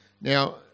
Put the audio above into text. Now